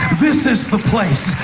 this is the place,